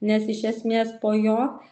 nes iš esmės po jo